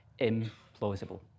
implausible